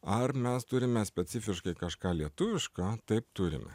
ar mes turime specifiškai kažką lietuvišką taip turime